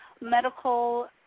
medical